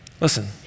Listen